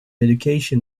education